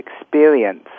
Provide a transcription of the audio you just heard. experience